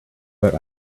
but